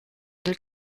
del